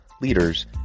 leaders